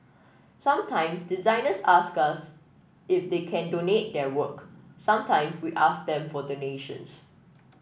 sometime designers ask us if they can donate their work sometime we ask them for donations